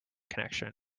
connection